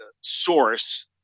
source